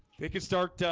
they can start